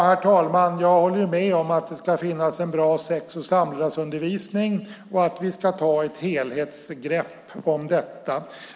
Herr talman! Jag håller med om att det ska finnas en bra sex och samlevnadsundervisning och att vi ska ta ett helhetsgrepp om detta.